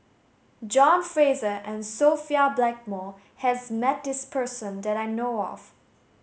John Fraser and Sophia Blackmore has met this person that I know of